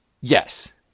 Yes